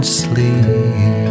sleep